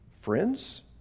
friends